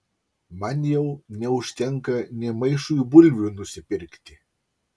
man jau neužtenka nė maišui bulvių nusipirkti